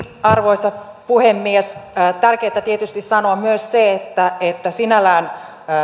arvoisa puhemies tärkeätä on tietysti sanoa myös se että että sinällään